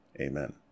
amen